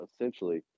essentially